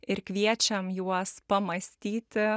ir kviečiam juos pamąstyti